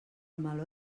meló